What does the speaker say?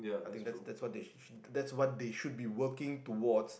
I think that's that's what they that's what they should be working toward